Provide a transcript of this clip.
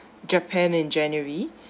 japan in january